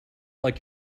like